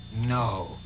No